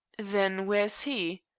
then where is he?